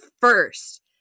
first